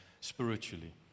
spiritually